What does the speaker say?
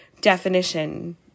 definition